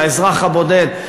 של האזרח הבודד,